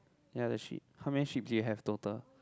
ya that sheep how many sheep do you have total